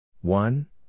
One